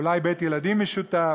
אולי בית-ילדים משותף.